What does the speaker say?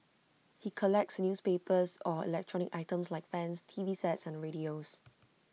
he collects newspapers or electronic items like fans T V sets and radios